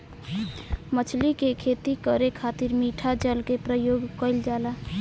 मछली के खेती करे खातिर मिठा जल के प्रयोग कईल जाला